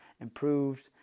improved